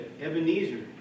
Ebenezer